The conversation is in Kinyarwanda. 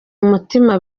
mutima